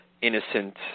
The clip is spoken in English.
innocent